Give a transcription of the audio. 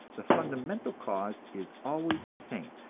the fundamental cause is always the same,